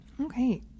Okay